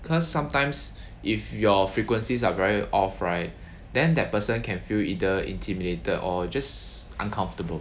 cause sometimes if your frequencies are very off right then that person can feel either intimidated or just uncomfortable